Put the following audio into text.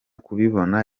kubibona